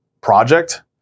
project